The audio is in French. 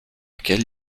quelle